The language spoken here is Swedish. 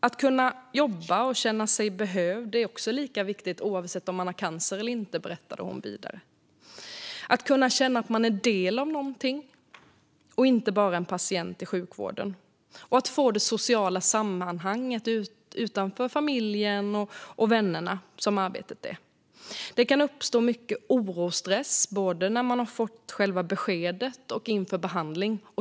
Att jobba och känna sig behövd är lika viktigt oavsett om man har cancer eller inte, berättade hon vidare. Det handlar om att känna att man är en del av någonting och inte bara en patient i sjukvården. Vidare handlar det om att få det sociala sammanhanget, utanför familjen och vännerna, som arbetet är. Oro och stress kan uppkomma både vid beskedet och inför behandling.